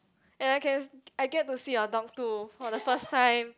and I can I get to see your dog too for the first time